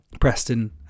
Preston